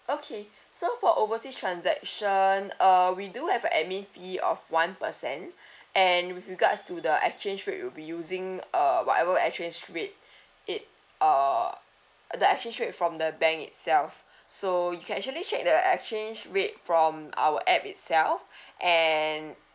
okay so for oversea transaction uh we do have a admin fee of one percent and with regards to the exchange rate we'll be using uh whatever exchange rate it uh the exchange rate from the bank itself so you can actually check the exchange rate from our app itself and